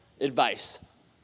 advice